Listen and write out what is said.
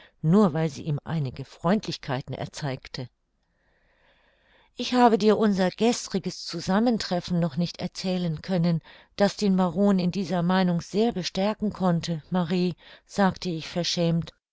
nur weil sie ihm einige freundlichkeiten erzeigte ich habe dir unser gestriges zusammentreffen noch nicht erzählen können das den baron in dieser meinung sehr bestärken konnte marie sagte ich verschämt